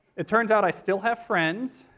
it turns out i still have friends,